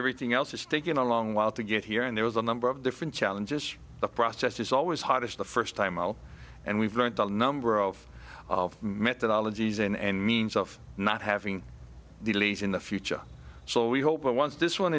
everything else it's taken a long while to get here and there was a number of different challenges the process is always hottest the first time out and we've learnt a number of methodology is and means of not having the elite in the future so we hope that once this one